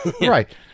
right